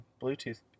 Bluetooth